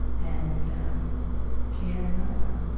and um she had another one,